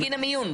בגין המיון.